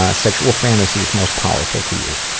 ah sexual fantasies most powerful to you?